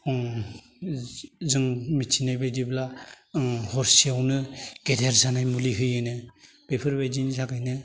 ओम जों मिथिनाय बादिब्ला ओं हरसेयावनो गेदेर जानाय मुलि होयोनो बेफोरबायदिनि थाखायनो